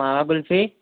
માવા કુલફી